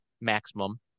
maximum